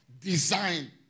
design